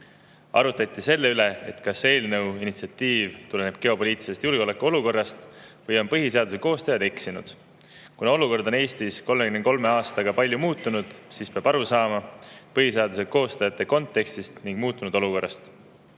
Arutati selle üle, kas eelnõu initsiatiiv tuleneb geopoliitilisest julgeolekuolukorrast või on põhiseaduse koostajad eksinud. Kuna olukord on Eestis 33 aastaga palju muutunud, siis peab aru saama põhiseaduse koostajate kontekstist ning muutunud olukorrast.